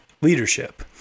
leadership